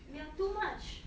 you sre too much